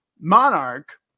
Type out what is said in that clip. Monarch